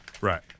Right